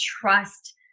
trust